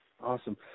Awesome